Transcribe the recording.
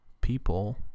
people